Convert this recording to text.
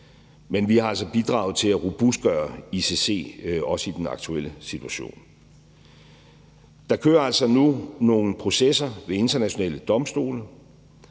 Men vi har altså bidraget til at robustgøre ICC, også i den aktuelle situation. Der kører altså nu nogle processer ved internationale domstole.